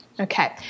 Okay